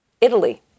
Italy